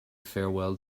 farewell